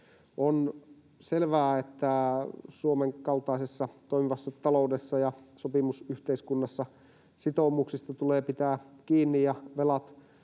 On selvää, että Suomen kaltaisessa toimivassa taloudessa ja sopimusyhteiskunnassa sitoumuksista tulee pitää kiinni ja velat